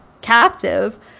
captive